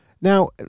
Now